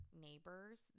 neighbors